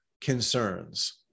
concerns